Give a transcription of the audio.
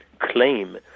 claim